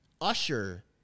Usher